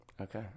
Okay